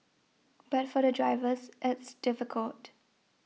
but for the drivers it's difficult